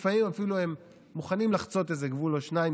לפעמים הם אפילו מוכנים לחצות איזה גבול או שניים,